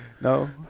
No